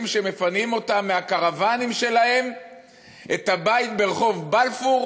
שמפנים אותם מהקרוונים שלהם את הבית ברחוב בלפור?